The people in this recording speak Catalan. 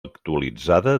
actualitzada